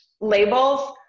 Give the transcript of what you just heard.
labels